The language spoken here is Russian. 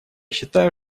считаю